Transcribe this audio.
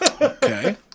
Okay